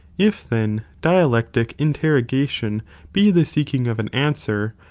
if, then, dialectic interrogation be the seeking of an answer,